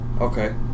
Okay